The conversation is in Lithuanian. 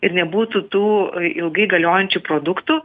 ir nebūtų tų ilgai galiojančių produktų